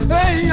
Hey